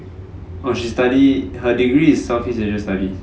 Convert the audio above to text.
oh she study her degree is southeast asian studies